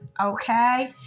Okay